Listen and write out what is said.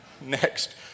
Next